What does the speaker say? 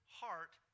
heart